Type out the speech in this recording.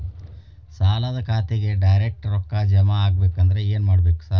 ಸಾಲದ ಖಾತೆಗೆ ಡೈರೆಕ್ಟ್ ರೊಕ್ಕಾ ಜಮಾ ಆಗ್ಬೇಕಂದ್ರ ಏನ್ ಮಾಡ್ಬೇಕ್ ಸಾರ್?